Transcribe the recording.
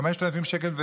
5,000 שקל,